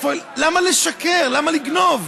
למה לשקר, למה לגנוב?